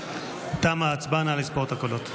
תמה ההצבעה, נא לספור את הקולות.